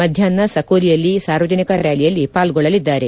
ಮಧ್ಯಾಹ್ನ ಸಕೋಲಿಯಲ್ಲಿ ಸಾರ್ವಜನಿಕ ರ್ಕಾಲಿಯಲ್ಲಿ ಪಾಲ್ಗೊಳ್ಳಲಿದ್ದಾರೆ